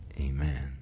amen